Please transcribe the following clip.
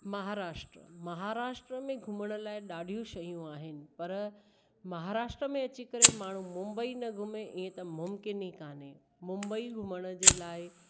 महाराष्ट्र महाराष्ट्र में घुमण लाइ ॾाढियूं शयूं आहिनि पर महाराष्ट्र में अची करे माण्हू मुंबई न घुमे ईअं त मुमकिन ई कोन्हे मुंबई घुमण जे लाइ